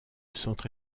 centre